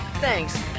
Thanks